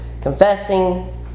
confessing